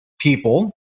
people